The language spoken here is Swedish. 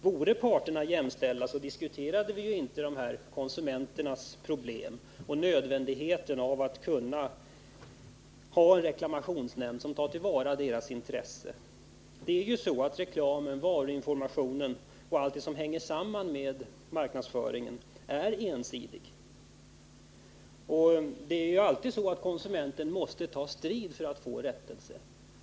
Vore parterna jämställda, skulle vi inte diskutera konsumenternas problem och nödvändigheten av en reklamationsnämnd som tar till vara deras intressen. Reklamen, varuinformationen och allt det som hänger samman med marknadsföringen är ju ensidig. Och konsumenten måste alltid ta strid för att få rättelse.